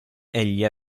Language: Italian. egli